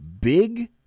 big